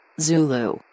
Zulu